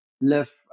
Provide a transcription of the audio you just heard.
live